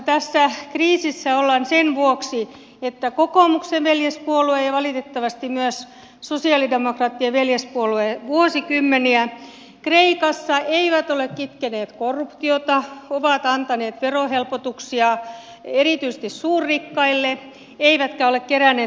tässä kriisissä ollaan sen vuoksi että kokoomuksen veljespuolue ja valitettavasti myös sosialidemokraattien veljespuolue vuosikymmenien aikana kreikassa eivät ole kitkeneet korruptiota ovat antaneet verohelpotuksia erityisesti suurrikkaille eivätkä ole keränneet veroa